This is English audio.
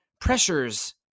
pressures